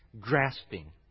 grasping